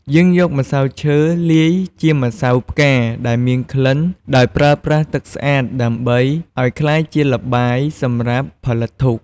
យើងយកម្សៅឈើ លាយជាម្សៅផ្កាដែលមានក្លិនដោយប្រើប្រាស់ទឺកស្អាតដើម្បីឲ្យក្លាយជាល្បាយសម្រាប់ផលិតធូប។